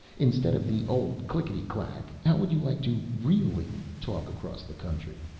instead of the old clikkety-clack how would you like to really talk across the country?